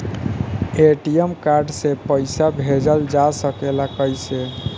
ATM card से पइसा भेजल जा सकेला कइसे?